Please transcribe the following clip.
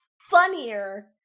funnier